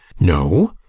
no!